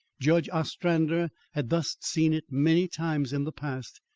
judge ostrander had thus seen it many times in the past,